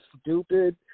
stupid